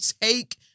take